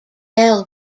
bell